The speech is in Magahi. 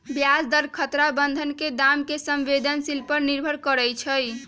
ब्याज दर खतरा बन्धन के दाम के संवेदनशील पर निर्भर करइ छै